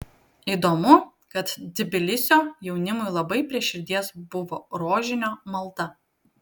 įdomu kad tbilisio jaunimui labai prie širdies buvo rožinio malda